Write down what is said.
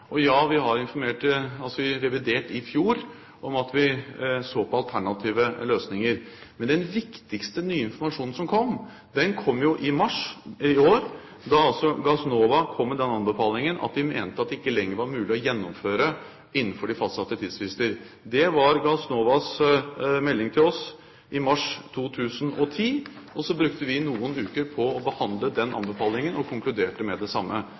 Og ja, vi har informert, også i revidert i fjor, om at vi så på alternative løsninger. Men den viktigste nye informasjonen som kom, den kom jo i mars i år, da altså Gassnova kom med den anbefalingen at de mente at det ikke lenger var mulig å gjennomføre innenfor de fastsatte tidsfrister. Det var Gassnovas melding til oss i mars 2010, og så brukte vi noen uker på å behandle den anbefalingen, og konkluderte med det samme.